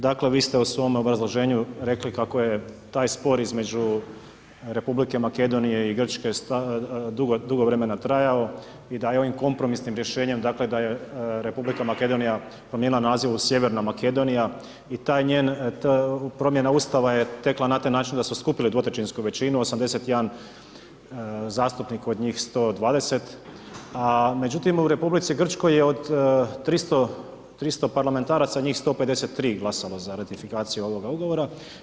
Dakle, vi ste u svom obrazloženju rekli kako je taj spor između Republike Makedonije i Grčke dugo vremena trajao i da je ovim kompromisnim rješenjem, dakle da je R. Makedonija promijenila naziv u Sjeverna Makedonija i ta njen, promjena Ustava je tekla na taj način da su skupili dvotrećinsku većinu, 81 zastupnik od njih 120, a međutim, u Republici Grčkoj je od 300 parlamentaraca njih 153 glasalo za ratifikaciju ovoga ugovora.